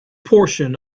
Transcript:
portion